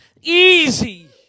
easy